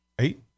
Eight